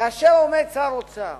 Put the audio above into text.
כאשר עומד שר אוצר